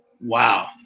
wow